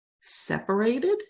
separated